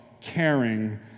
caring